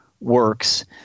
works